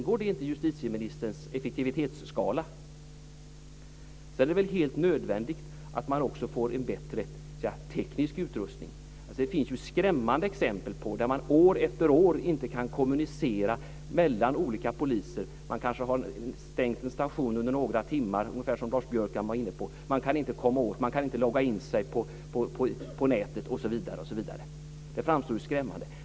Sedan är det väl helt nödvändigt att man också får en bättre teknisk utrustning. Det finns ju skrämmande exempel på att man år efter år inte kan kommunicera mellan olika poliser. Man kanske har stängt en station under några timmar, ungefär som Lars Björkman var inne på. Man kan inte logga in sig på nätet osv. Det här framstår ju som skrämmande.